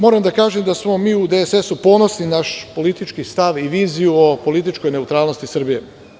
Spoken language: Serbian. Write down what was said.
Moram da kažem da smo mi u DSS ponosni na naš politički stav i viziju o političkoj neutralnosti Srbije.